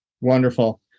wonderful